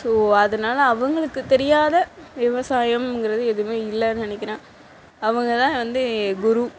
so அதனால அவங்குளுக்கு தெரியாத விவசாயம்ங்கிறது எதுவுமே இல்லைன்னு நினைக்கிறன் அவங்க தான் வந்து குரு